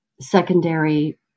secondary